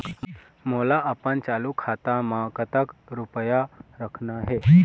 मोला अपन चालू खाता म कतक रूपया रखना हे?